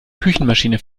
küchenmaschine